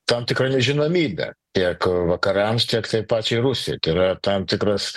tam tikra nežinomybė tiek vakarams tiek tai pačiai rusijai tai yra tam tikras